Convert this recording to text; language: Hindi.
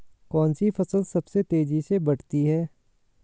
कौनसी फसल सबसे तेज़ी से बढ़ती है?